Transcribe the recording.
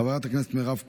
חברת הכנסת מירב כהן,